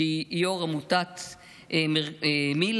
שהיא יושב-ראש עמותת מיל"ה.